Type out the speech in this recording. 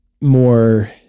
more